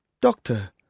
Doctor